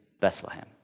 Bethlehem